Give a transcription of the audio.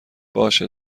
باشه